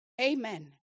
Amen